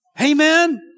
Amen